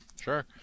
Sure